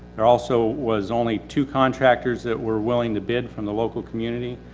there also was only two contractors that were willing to bid from the local community.